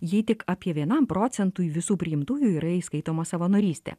jį tik apie vienam procentui visų priimtųjų yra įskaitoma savanorystė